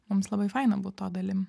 mums labai faina būt to dalim